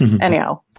Anyhow